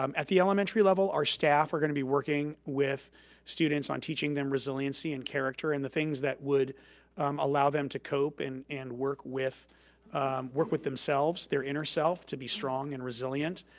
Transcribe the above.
um at the elementary level, our staff are gonna be working with students on teaching them resiliency and character and the things that would allow them to cope and and work with work with themselves, their inner self to be strong and resilient.